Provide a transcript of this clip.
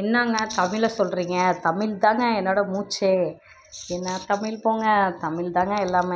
என்னாங்க தமிழை சொல்கிறீங்க தமிழ்தாங்க என்னோடய மூச்சே என்ன தமிழ் போங்க தமிழ்தாங்க எல்லாம்